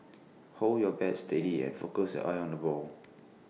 hold your bat steady and focus your eyes on the ball